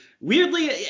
Weirdly